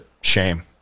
shame